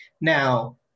Now